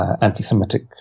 anti-Semitic